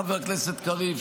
חבר הכנסת קריב,